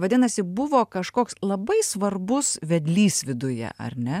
vadinasi buvo kažkoks labai svarbus vedlys viduje ar ne